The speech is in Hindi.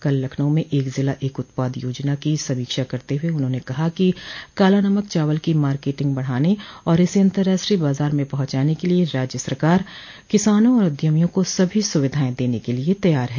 कल लखनऊ में एक जिला एक उत्पाद योजना की समीक्षा करते हुए उन्होंने कहा कि काला नमक चावल की मार्केटिंग बढ़ाने और इसे अतंर्राष्ट्रीय बाज़ार में पहुंचाने के लिये राज्य सरकार किसानों और उद्यमियों को सभी सुविधाएं देने के लिये तैयार है